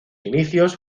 inicios